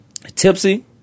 Tipsy